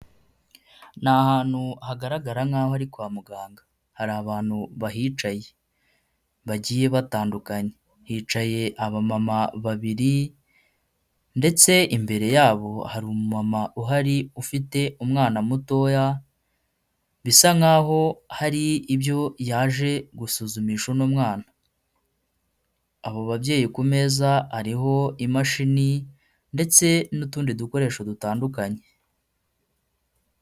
Ni ahantu hagaragara nkaho ari kwa muganga. Hari abantu bahicaye bagiye batandukanye, hicaye abamama babiri ndetse imbere yabo hari umumama uhari ufite umwana mutoya, bisa nkaho hari ibyo yaje gusuzumisha uno mwana. Abo babyeyi ku meza hariho imashini ndetse n'utundi dukoresho dutandukanye.